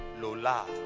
lola